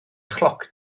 chloc